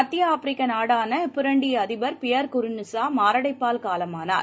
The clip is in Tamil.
மத்திய ஆப்பிரிக்க நாடாள ப்புரன்டி அதிபர் பியர் குறந்நிசா மாரளடப்பால் காலமானார்